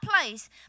place